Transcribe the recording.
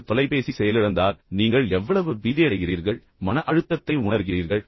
உங்கள் தொலைபேசி செயலிழந்தால் நீங்கள் எவ்வளவு பீதியடைகிறீர்கள் மன அழுத்தத்தை உணர்கிறீர்கள்